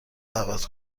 دعوت